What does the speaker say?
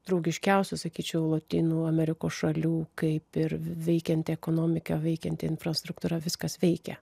draugiškiausių sakyčiau lotynų amerikos šalių kaip ir veikianti ekonomika veikianti infrastruktūra viskas veikia